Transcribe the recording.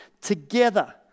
together